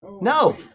No